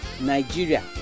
Nigeria